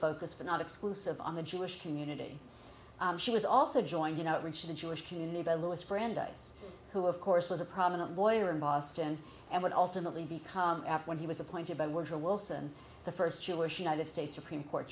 focus for not exclusive on the jewish community she was also joined you know the jewish community by louis brandeis who of course was a prominent lawyer in boston and would ultimately become when he was appointed by were wilson the first jewish united states supreme court